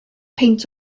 peint